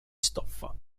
stoffa